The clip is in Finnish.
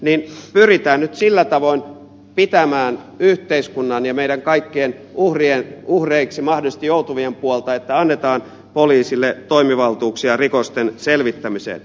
niin pyritään nyt sillä tavoin pitämään yhteiskunnan ja meidän kaikkien uhreiksi mahdollisesti joutuvien puolta että annetaan poliisille toimivaltuuksia rikosten selvittämiseen